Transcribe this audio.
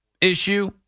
issue